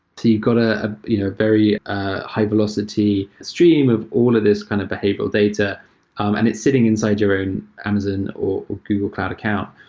you've got a ah you know very ah high-velocity stream of all of these kind of behavioral data and it's sitting inside your own amazon or google cloud account.